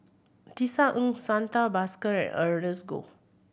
Tisa Ng Santha Bhaskar and Ernest Goh